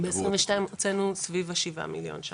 ב-22 הוצאנו סביב ה-7 מיליון ₪.